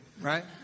Right